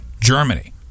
Germany